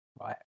right